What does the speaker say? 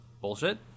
bullshit